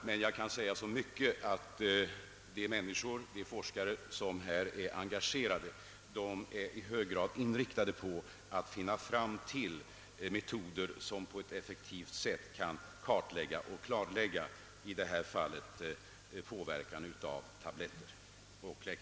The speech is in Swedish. Men jag kan säga så mycket, att de forskare som härvidlag är enga gerade är inriktade på att finna metoder att effektivt kartlägga påverkan av läkemedel och tablettmissbruk.